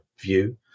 view